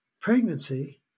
Pregnancy